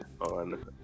on